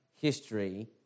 history